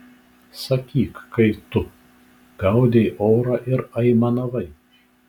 sakyk kai tu gaudei orą ir aimanavai